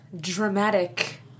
Dramatic